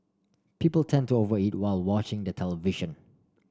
people tend to over eat while watching the television